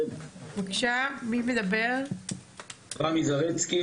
רמי זריצקי,